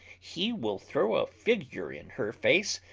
he will throw a figure in her face,